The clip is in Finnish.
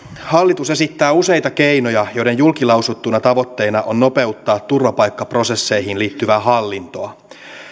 hallitus esittää useita keinoja joiden julkilausuttuina tavoitteina on nopeuttaa turvapaikkaprosesseihin liittyvää hallintoa